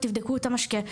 תבדקו את המשקה,